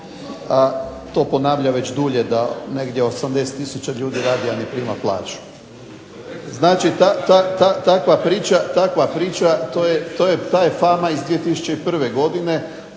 a to ponavlja već dulje da negdje 80 tisuća ljudi radi, a ne prima plaću. Znači, takva priča to je ta fama iz 2001. godine.